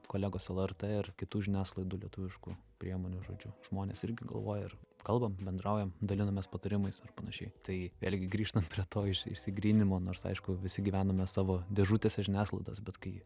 kolegos lrt ir kitų žiniasklaidų lietuviškų priemonių žodžiu žmonės irgi galvoja ir kalbam bendraujam dalinamės patarimais ar panašiai tai vėlgi grįžtant prie to iš išsigryninimo nors aišku visi gyvename savo dėžutėse žiniasklaidos bet kai